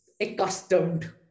accustomed